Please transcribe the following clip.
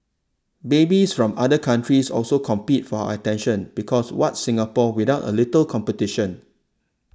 babies from other countries also compete for our attention because what's Singapore without a little competition